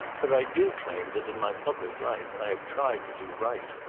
but i do claim that in my public life i have tried to do right.